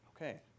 Okay